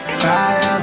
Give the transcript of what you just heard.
fire